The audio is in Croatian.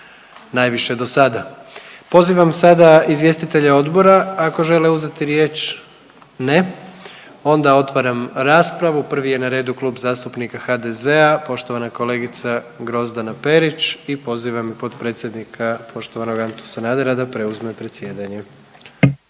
najviše do sada. Pozivam sada izvjestitelje odbora ako žele uzeti riječ. Ne? Onda otvaram raspravu. Prvi je na redu Klub zastupnika HDZ-a poštovana kolegica Grozdana Perić i pozivam i potpredsjednika poštovanog Antu Sanadera da preuzme predsjedanje.